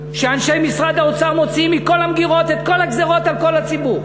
שאנשי משרד האוצר מוציאים מכל המגירות את כל הגזירות על כל הציבור,